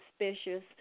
suspicious